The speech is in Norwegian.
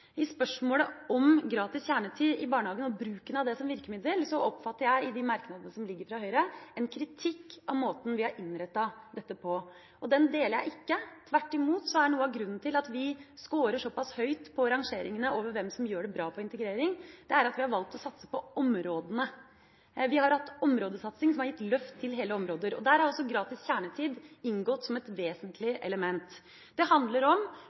I spørsmålet om gratis kjernetid i barnehagene, og bruken av det som virkemiddel, oppfatter jeg i de merknadene som ligger fra Høyre, en kritikk av måten vi har innrettet dette på. Jeg er ikke enig. Tvert imot er noe av grunnen til at vi scorer såpass høyt på rangeringene over hvem som gjør det bra på integrering, at vi har valgt å satse på områdene. Vi har hatt områdesatsing som har gitt løft til hele områder. Der har også gratis kjernetid inngått som et vesentlig element. Det handler om